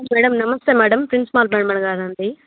madam నమస్తే madam principal మేడమ్గారా అండి